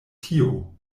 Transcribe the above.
tio